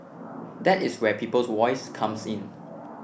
that is where Peoples Voice comes in